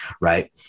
Right